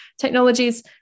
technologies